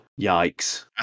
yikes